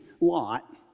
Lot